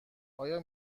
آیا